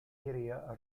area